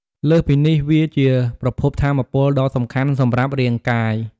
លើសពីនេះ វាជាប្រភពថាមពលដ៏សំខាន់សម្រាប់រាងកាយ។